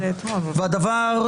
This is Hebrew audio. והדבר,